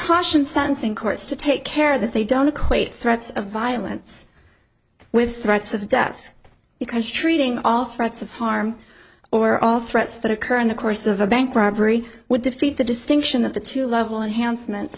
cautioned sentencing courts to take care that they don't equate threats of violence with threats of death because treating all threats of harm or all threats that occur in the course of a bank robbery would defeat the distinction that the two level enhanced meant